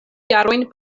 jarojn